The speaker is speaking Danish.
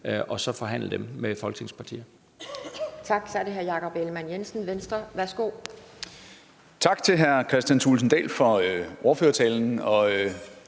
og så forhandle om dem med Folketingets partier.